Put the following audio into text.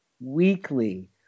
weekly